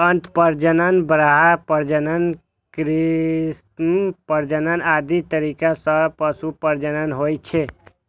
अंतः प्रजनन, बाह्य प्रजनन, कृत्रिम प्रजनन आदि तरीका सं पशु प्रजनन होइ छै